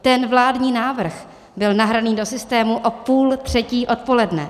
Ten vládní návrh byl nahraný do systému o půl třetí odpoledne.